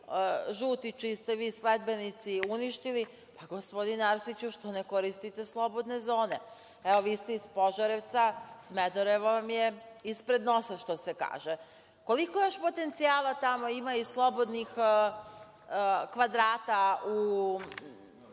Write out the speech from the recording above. žuti, čiji ste vi sledbenici, uništili, pa gospodine Arsiću, što ne koristite slobodne zone? Evo, vi ste iz Požarevca, Smederevo vam je ispred nosa, što se kaže. Koliko još potencijala tamo ima i slobodnih kvadrata u